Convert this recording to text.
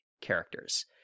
characters